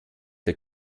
der